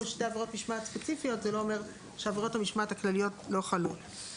הוראות סעיף 54 לא יחולו לעניין פרק זה.